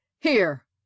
Here